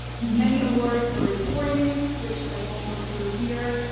many awards for reporting, which i won't go through here.